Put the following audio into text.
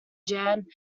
jan